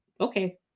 okay